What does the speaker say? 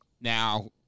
Now